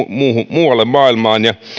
muualle maailmaan